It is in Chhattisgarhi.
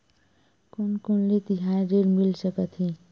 कोन कोन ले तिहार ऋण मिल सकथे?